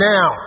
Now